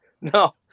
no